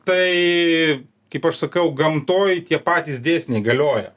tai kaip aš sakiau gamtoj tie patys dėsniai galioja